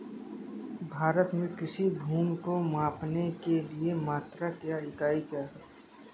भारत में कृषि भूमि को मापने के लिए मात्रक या इकाई क्या है?